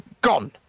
Gone